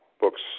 books